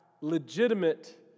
legitimate